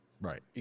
Right